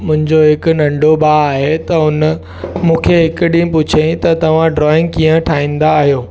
मुंहिंजो हिकु नंडो भाउ आहे त हुन मूंखे हिकु ॾींहुं पुछियांईं त तव्हां ड्रॉईंग कीअं ठाहींदा आहियो